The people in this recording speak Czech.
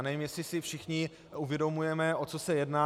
Nevím, jestli si všichni uvědomujeme, o co se jedná.